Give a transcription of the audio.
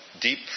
deep